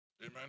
Amen